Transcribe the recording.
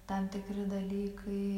tam tikri dalykai